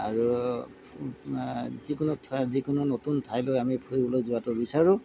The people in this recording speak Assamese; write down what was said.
আৰু যিকোনো যিকোনো নতুন ঠাইলৈ আমি ফুৰিবলৈ যোৱাটো বিচাৰোঁ